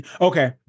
Okay